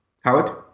Howard